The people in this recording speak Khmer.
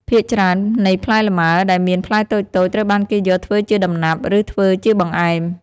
ភាគច្រើននៃផ្លែលម៉ើដែលមានផ្លែតូចៗត្រូវបានគេយកធ្វើជាដំណាប់ ឬធ្វើជាបង្ហែម។